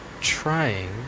trying